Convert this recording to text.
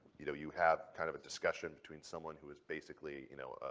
you know, you have kind of a discussion between someone who is basically, you know,